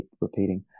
repeating